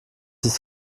ist